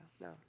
No